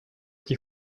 die